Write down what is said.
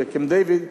בקמפ-דייוויד.